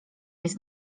jest